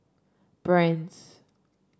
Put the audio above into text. Brand's